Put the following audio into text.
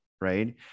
right